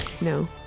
No